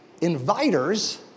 inviters